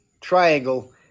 triangle